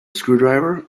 screwdriver